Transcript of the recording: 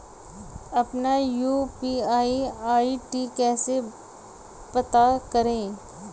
अपना UPI ID कैसे पता करें?